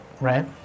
right